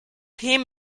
him